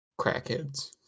Crackheads